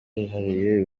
yihariye